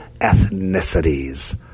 ethnicities